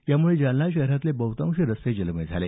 यामुळे जालना शहरातले बहुतांश रस्ते जलमय झाले